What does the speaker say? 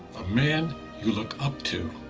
a man you look up to.